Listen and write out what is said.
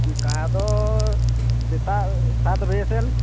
ᱚᱱᱠᱟᱫᱚ ᱥᱮᱛᱟᱜ ᱥᱟᱛ ᱵᱟᱡᱮᱥᱮᱱ